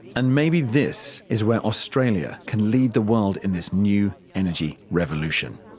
and maybe this is where australia can lead the world in this new energy revolution.